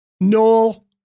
Noel